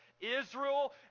Israel